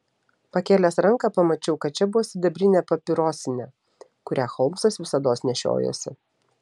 pakėlęs ranką pamačiau kad čia buvo sidabrinė papirosinė kurią holmsas visados nešiojosi